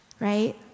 right